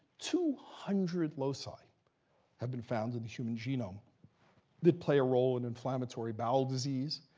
two hundred loci have been found in the human genome that play a role in inflammatory bowel disease.